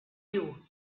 you